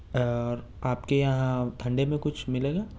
اور آپ کے یہاں ٹھنڈے میں کچھ ملے گا